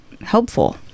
helpful